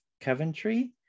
Coventry